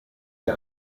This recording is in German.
der